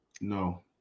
No